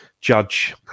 Judge